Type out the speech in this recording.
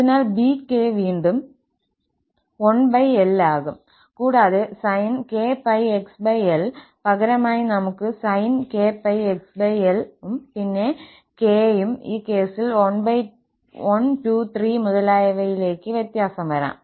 അതിനാൽ 𝑏𝑘 വീണ്ടും 1lആകും കൂടാതെ sin𝑘𝜋𝑥lപകരമായി നമുക് sin𝑘𝜋𝑥𝑙 ഉം പിന്നെ 𝑘 യും ഈ കേസിൽ 1 2 3 മുതലായവയിലേക്ക് വ്യത്യാസം വരാം